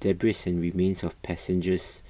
Debris and remains of passengers